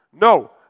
No